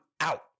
out